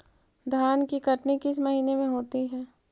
धान की कटनी किस महीने में होती है?